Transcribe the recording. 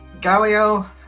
Galio